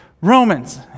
Romans